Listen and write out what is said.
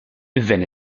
wenn